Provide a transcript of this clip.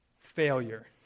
Failure